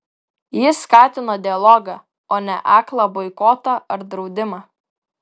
jis skatino dialogą o ne aklą boikotą ar draudimą